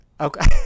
Okay